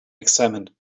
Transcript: examined